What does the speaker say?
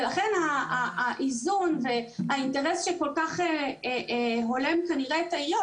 ולכן האיזון והאינטרס שכל כך הולם כנראה את העיריות,